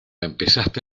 empezaste